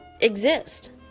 exist